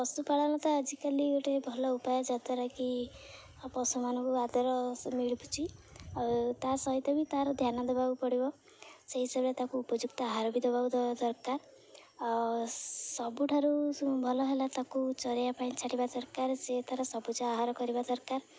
ପଶୁପାଳନ ତ ଆଜିକାଲି ଗୋଟେ ଭଲ ଉପାୟ ଯାଦ୍ୱାରା କି ପଶୁମାନଙ୍କୁ ଆଦର ମିଳିଛି ଆଉ ତା ସହିତ ବି ତା'ର ଧ୍ୟାନ ଦେବାକୁ ପଡ଼ିବ ସେହି ହିସାବରେ ତାକୁ ଉପଯୁକ୍ତ ଆହାର ବି ଦବାକୁ ଦରକାର ଆଉ ସବୁଠାରୁ ଭଲ ହେଲା ତାକୁ ଚରିବା ପାଇଁ ଛାଡ଼ିବା ଦରକାର ସେ ତା'ର ସବୁଜ ଆହାର କରିବା ଦରକାର